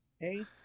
Hey